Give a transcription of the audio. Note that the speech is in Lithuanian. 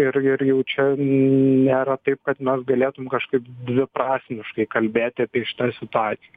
ir ir jau čia nėra taip kad mes galėtumėm kažkaip dviprasmiškai kalbėti apie šitą situaciją